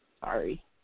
Sorry